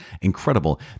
Incredible